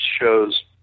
shows